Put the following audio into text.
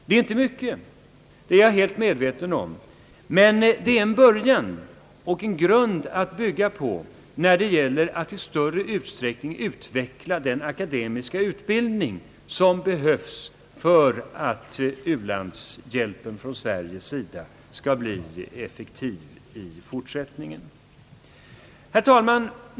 Det är inte mycket, det är jag helt medveten om, men det är en början och en grund att bygga på när det gäller att i större utsträckning utveckla den akademiska utbildning som behövs för att u-landshjälpen från Sveriges sida skall bli effektiv i fortsättningen. Herr talman!